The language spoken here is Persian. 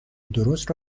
درست